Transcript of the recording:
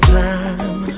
time